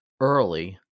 early